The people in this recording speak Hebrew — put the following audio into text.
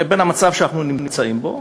המצב שאנחנו נמצאים בו